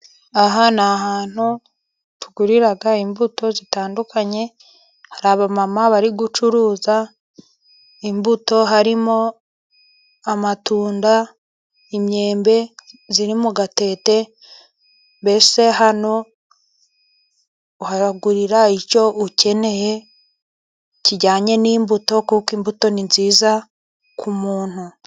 Aha ni ahantu tugurira imbuto zitandukanye. Hari abamama bari gucuruza imbuto harimo amatunda, imyembe ziri mu gatete. Mbese hano uhagurira icyo ukeneye kijyanye n'imbuto kuko imbuto ni nziza ku muntu.